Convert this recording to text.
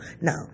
Now